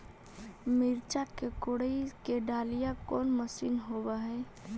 मिरचा के कोड़ई के डालीय कोन मशीन होबहय?